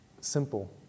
simple